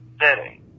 setting